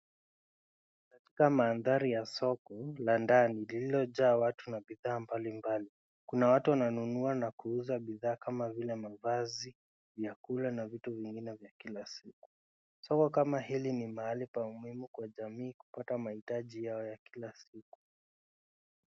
Katika mandhari ya soko la ndani lililojaa watu na bidhaa mbalimbali. Kuna watu wananunua na kuuza bidhaa kama vile mavazi, vyakula na vitu vingine vya kila siku. Soko kama hili ni mahali muhimu pa jamii kupata mahitaji yao ya kila siku.